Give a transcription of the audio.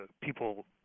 people